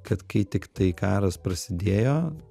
kad kai tiktai karas prasidėjo